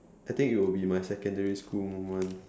I think it will be my secondary school moment